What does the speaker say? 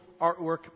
artwork